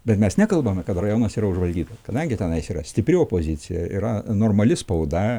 bet mes nekalbame kad rajonas yra užvaldytas kadangi tenai yra stipri opozicija yra normali spauda